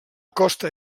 costa